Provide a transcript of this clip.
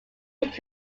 take